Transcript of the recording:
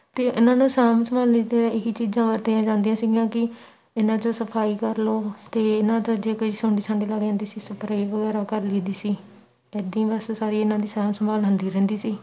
ਅਤੇ ਇਹਨਾਂ ਨੂੰ ਸਾਂਭ ਸੰਭਾਲ ਲਈ ਅਤੇ ਇਹੀ ਚੀਜ਼ਾਂ ਵਰਤੀਆਂ ਜਾਂਦੀਆਂ ਸੀਗੀਆਂ ਕਿ ਇਹਨਾਂ 'ਚੋਂ ਸਫਾਈ ਕਰ ਲਉ ਅਤੇ ਇਹਨਾਂ ਦਾ ਜੇ ਕੋਈ ਸੁੰਡੀ ਸਾਂਡੀ ਲੱਗ ਜਾਂਦੀ ਸੀ ਸਪਰੇ ਵਗੈਰਾ ਕਰ ਲਈ ਦੀ ਸੀ ਇੱਦਾਂ ਹੀ ਬਸ ਸਾਰੀ ਇਹਨਾਂ ਦੀ ਸਾਂਭ ਸੰਭਾਲ ਹੁੰਦੀ ਰਹਿੰਦੀ ਸੀ